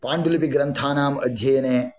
पाण्डुलिपिग्रन्थानाम् अध्ययने